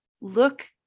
look